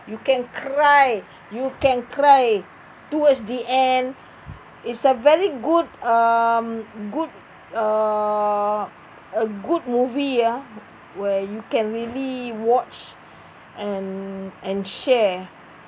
you can cry you can cry towards the end it's a very good um good uh a good movie ah where you can really watch and and share